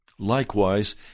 Likewise